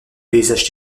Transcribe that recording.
paysage